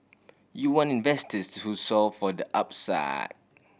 you want investors who solve for the upside